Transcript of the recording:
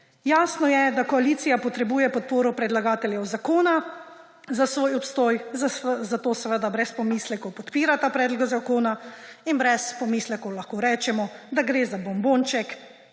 Jasno je, da koalicija potrebuje podporo predlagateljev zakona za svoj obstoj, zato seveda brez pomislekov podpira ta predlog zakona in brez pomislekov lahko rečemo, da gre za predvolilni